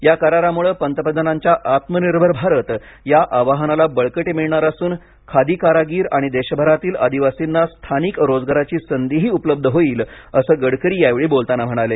या करारामुळे पंतप्रधानांच्या आत्मानिर्भर भारत या आवाहनाला बळकटी मिळणार असून खादी कारागिर आणि देशभरातील आदिवासीना स्थानिक रोजगाराची संधीही उपलब्ध होईल असं नीतीन गडकरी यावेळी बोलताना म्हणाले